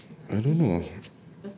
nosy eh I don't know ah